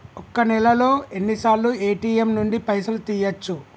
ఒక్క నెలలో ఎన్నిసార్లు ఏ.టి.ఎమ్ నుండి పైసలు తీయచ్చు?